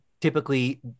typically